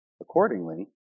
Accordingly